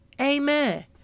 Amen